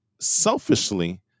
selfishly